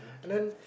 and then